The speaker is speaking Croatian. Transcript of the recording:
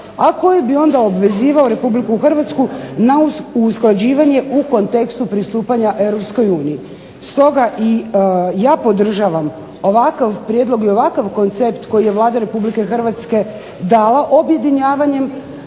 a koje bi onda obvezivao RH na usklađivanje u kontekstu pristupanja EU. Stoga i ja podržavam ovakav prijedlog i ovakav koncept koji je Vlada Republike Hrvatske dala objedinjavanjem,